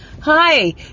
Hi